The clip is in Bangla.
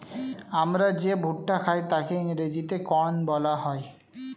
আমরা যে ভুট্টা খাই তাকে ইংরেজিতে কর্ন বলা হয়